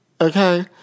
Okay